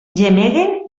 gemeguen